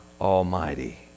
Almighty